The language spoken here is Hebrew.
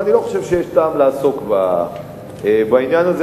ואני לא חושב שיש טעם לעסוק בעניין הזה,